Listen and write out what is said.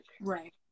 Right